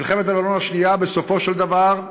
מלחמת לבנון השנייה, בסופו של דבר,